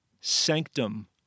sanctum